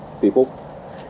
People